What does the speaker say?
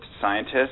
scientists